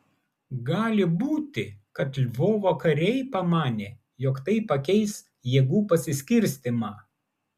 gali būti kad lvovo kariai pamanė jog tai pakeis jėgų pasiskirstymą